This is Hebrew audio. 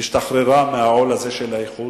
השתחררה מהעול הזה של האיחוד.